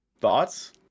Thoughts